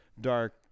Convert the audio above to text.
Dark